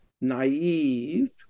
naive